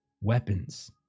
weapons